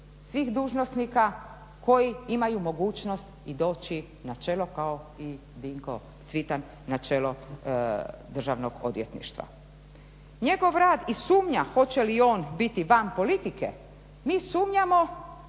svih dužnosnika koji imaju mogućnost i doći na čelo kao i Dinko Cvitan, na čelo Državnog odvjetništva. Njegov rad i sumnja hoće li on biti van politike, mi sumnjamo,